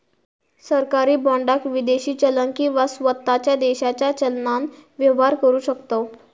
सरकारी बाँडाक विदेशी चलन किंवा स्वताच्या देशाच्या चलनान व्यवहार करु शकतव